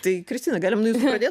tai kristina galim nuo jūsų pradėt